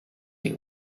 you